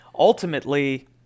ultimately